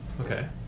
Okay